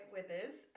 Withers